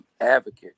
advocate